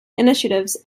initiatives